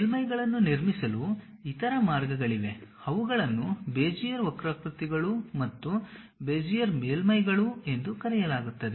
ಮೇಲ್ಮೈಗಳನ್ನು ನಿರ್ಮಿಸಲು ಇತರ ಮಾರ್ಗಗಳಿವೆ ಅವುಗಳನ್ನು ಬೆಜಿಯರ್ ವಕ್ರಾಕೃತಿಗಳು ಮತ್ತು ಬೆಜಿಯರ್ ಮೇಲ್ಮೈಗಳು ಎಂದು ಕರೆಯಲಾಗುತ್ತದೆ